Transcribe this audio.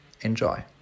Enjoy